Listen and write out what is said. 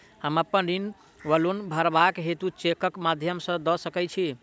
हम अप्पन ऋण वा लोन भरबाक हेतु चेकक माध्यम सँ दऽ सकै छी?